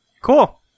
Cool